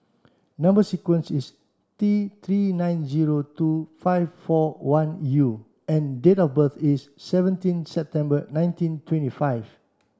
number sequence is T three nine zero two five four one U and date of birth is seventeen September nineteen twenty five